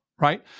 right